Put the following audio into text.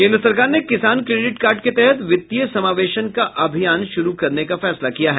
केन्द्र सरकार ने किसान क्रेडिट कार्ड के तहत वित्तीय समावेशन का अभियान शुरू करने का फैसला किया है